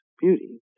beauty